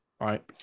right